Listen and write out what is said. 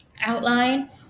outline